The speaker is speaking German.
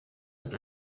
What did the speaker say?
ist